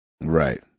Right